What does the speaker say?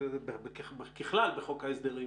ככלל בחוק ההסדרים